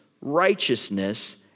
righteousness